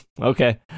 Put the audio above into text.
Okay